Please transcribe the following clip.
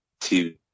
TV